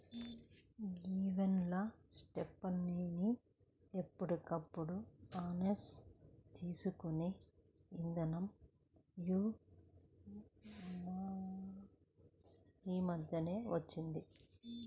grievance ల status ని ఎప్పటికప్పుడు ఆన్లైన్ తెలుసుకునే ఇదానం యీ మద్దెనే వచ్చింది